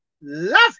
love